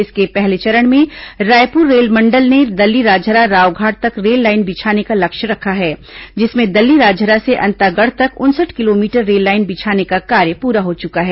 इसके पहले चरण में रायपुर रेलमंडल ने दल्लीराजहरा रावघाट तक रेललाइन बिछाने का लक्ष्य रखा है जिसमें दल्लीराजहरा से अंतागढ़ तक उनसठ किलोमीटर रेललाइन बिछाने का कार्य पूरा हो चुका है